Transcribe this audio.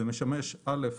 זה משמש א'